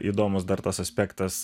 įdomūs dar tas aspektas